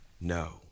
No